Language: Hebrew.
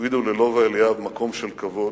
יועידו ללובה אליאב מקום של כבוד.